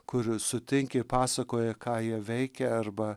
kur sutinki pasakoji ką jie veikia arba